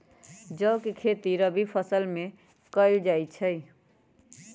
जौ के खेती रवि फसल के रूप में कइल जा हई